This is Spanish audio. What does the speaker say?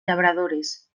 labradores